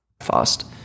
Fast